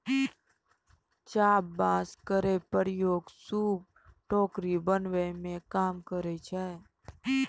चाभ बांस केरो प्रयोग सूप, टोकरी बनावै मे काम करै छै